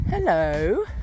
Hello